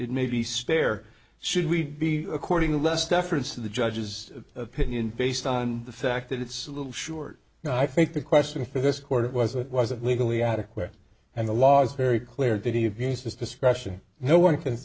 it may be stare should we be recording a less deference to the judge's opinion based on the fact that it's a little short i think the question for this order was it wasn't legally adequate and the laws are very clear that he abused his discretion no one can